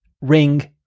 ring